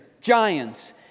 giants